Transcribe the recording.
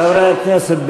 חברי הכנסת,